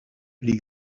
pli